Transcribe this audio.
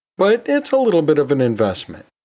but it's a little bit of an investment.